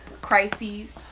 crises